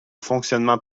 fonctionnement